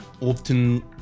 often